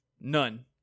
None